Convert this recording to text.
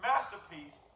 Masterpiece